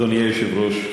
אדוני היושב-ראש,